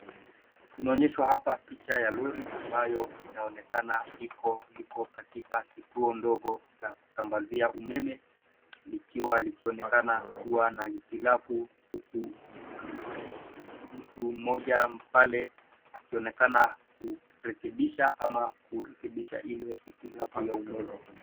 Tunaonyeshwa hapa picha ya lori ambayo inaonekana iko katika kituo ndogo ya kusambazia umeme ikiwa ikionekana kuwa na hitilafu huku mtu mmoja pale akionekana kurekebisha hitilafu ile ya umeme.